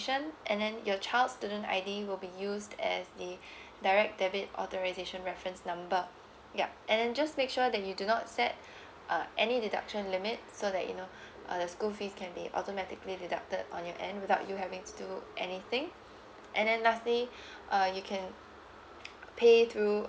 and then your child student I_D will be used as the direct debit authorisation reference number yup and then just make sure that you do not set uh any deduction limit so that you know uh the school fees can be automatically deducted on your end without you having to do anything and then lastly uh you can pay through